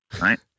right